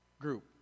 group